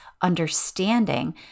understanding